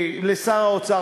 לשר האוצר.